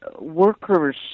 workers